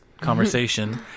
conversation